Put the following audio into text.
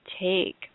take